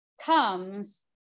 comes